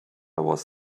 was